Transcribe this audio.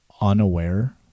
unaware